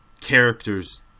characters